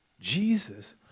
Jesus